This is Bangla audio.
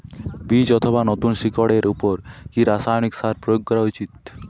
বীজ অথবা নতুন শিকড় এর উপর কি রাসায়ানিক সার প্রয়োগ করা উচিৎ?